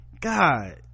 god